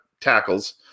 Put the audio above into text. tackles